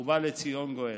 ובא לציון גואל.